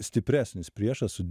stipresnis priešas su